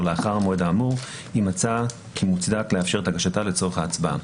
לאחר המועד האמור אם מצא כי מוצדק לאפשר את הגשתה לצורך ההצבעה.